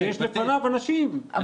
כי יש לפניו אנשים, יש מכסות.